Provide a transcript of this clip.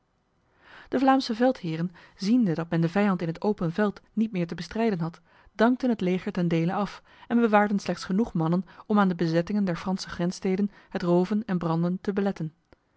de vlaamse veldheren ziende dat men de vijand in het open veld niet meer te bestrijden had dankten het leger ten dele af en bewaarden slechts genoeg mannen om aan de bezettingen der franse grenssteden het roven en branden te beletten